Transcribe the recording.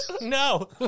No